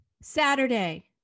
Saturday